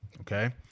okay